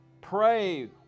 pray